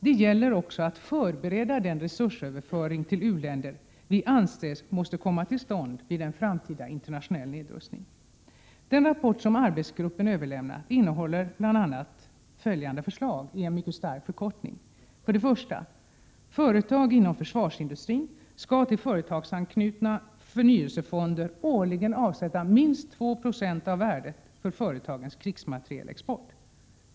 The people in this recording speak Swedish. Det gäller också att förbereda den resursöverföring till u-länder som vi anser måste komma till stånd vid framtida internationell nedrustning. Den rapport arbetsgruppen överlämnat innehåller bl.a. följande förslag i mycket stark förkortning: 1. Företag inom försvarsindustrin skall till företagsanknutna förnyelsefonder årligen avsätta minst 2 90 av värdet för företagens krigsmaterielexport.